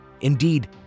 Indeed